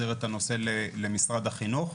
החזיר את הנושא למשרד החינוך.